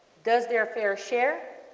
does their fair share,